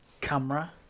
camera